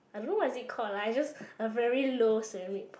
I don't know what is it called lah I just a very low ceramic pot